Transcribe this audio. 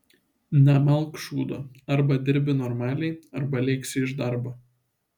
nemalk šūdo arba dirbi normaliai arba lėksi iš darbo